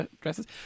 Dresses